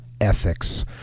ethics